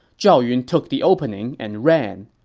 zhao yun took the opening and ran.